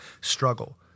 struggle